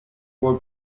wohl